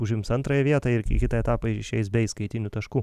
užims antrąją vietą ir į kitą etapą išeis be įskaitinių taškų